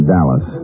Dallas